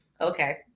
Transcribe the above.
Okay